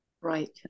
right